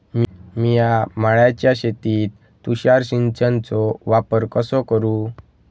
मिया माळ्याच्या शेतीत तुषार सिंचनचो वापर कसो करू?